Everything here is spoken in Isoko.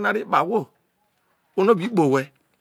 ne ro obọ ekilu iruo.